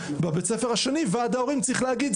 בבית הספר השני ועד ההורים צריך להגיד,